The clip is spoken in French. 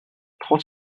trois